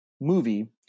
movie